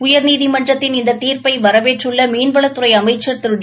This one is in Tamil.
உயர்நீதிமன்றத்தின் இந்த தீர்ப்பு வரவேற்றுள்ள மீன்வளத்துறை அமைச்சர் திரு டி